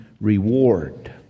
reward